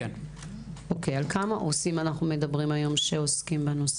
כמה עו"סים עוסקים בזה?